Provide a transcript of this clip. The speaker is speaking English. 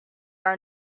are